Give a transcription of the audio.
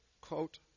quote